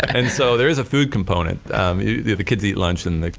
and so there is a food component the the kids eat lunch and they